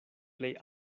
plej